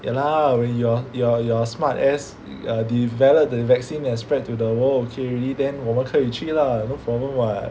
ya lah when your your your smart ass developed the vaccine and spread to the world okay already then 我们可以去 lah no problem [what]